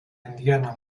indiana